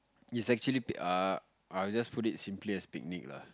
it's actually b~ err I'll just put it simply as picnic lah